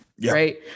Right